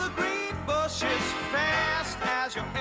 green bushes fast as you're